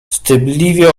wstydliwie